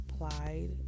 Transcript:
applied